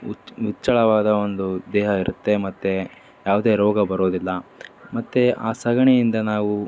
ಉತ್ತ್ ಉಚ್ಚಳವಾದ ಒಂದು ದೇಹ ಇರುತ್ತೆ ಮತ್ತು ಯಾವುದೇ ರೋಗ ಬರೋದಿಲ್ಲ ಮತ್ತು ಆ ಸಗಣಿಯಿಂದ ನಾವು